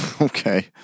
Okay